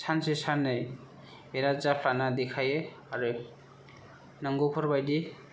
सानसे साननै बिराद जाफ्लाना देखायो आरो नंगौफोरबायदि